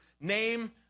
name